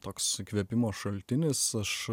toks įkvėpimo šaltinis aš